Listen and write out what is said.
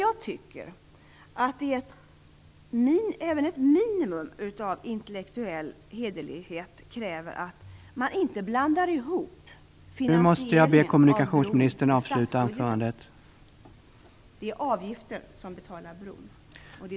Men jag tycker att även ett minimum av intellektuell hederlighet kräver att man inte blandar ihop finansieringen av bron via statsbudgeten och de avgifter som betalar bron.